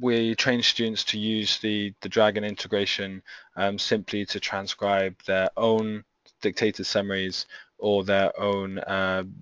we train students to use the the dragon integration simply to transcribe their own dictated summaries or their own